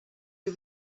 you